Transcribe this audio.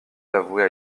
l’avouer